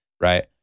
right